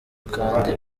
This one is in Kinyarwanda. kandi